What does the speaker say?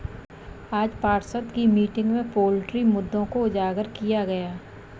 आज पार्षद की मीटिंग में पोल्ट्री मुद्दों को उजागर किया गया